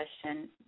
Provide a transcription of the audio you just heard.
question